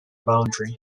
boundary